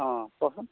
অ' কওকচোন